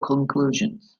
conclusions